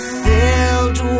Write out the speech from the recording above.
filled